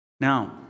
Now